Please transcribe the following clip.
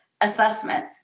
assessment